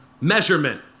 measurement